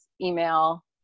email